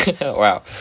Wow